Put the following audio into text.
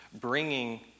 bringing